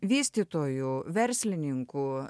vystytojų verslininkų